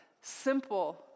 Simple